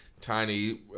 tiny